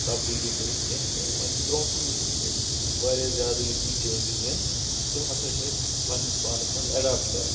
تبدیلی کرتھ کیٚنٛہہ تہٕ وۄنۍ چھُ برونٛٹھ کُن وُچھُن کہِ واریاہ زیادٕ یتھی چینجز یِن تم ہسا چھ أسۍ پننس پانس منٛز ایٚڈاپٹ کرٕنۍ